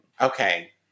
Okay